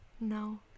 No